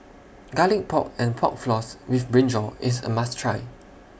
Garlic Pork and Pork Floss with Brinjal IS A must Try